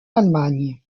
allemagne